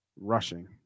rushing